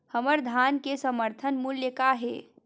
हमर धान के समर्थन मूल्य का हे?